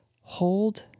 hold